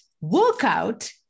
workout